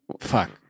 fuck